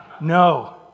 No